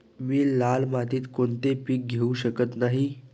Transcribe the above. मी लाल मातीत कोणते पीक घेवू शकत नाही?